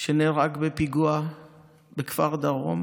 שנהרג בפיגוע בכפר דרום.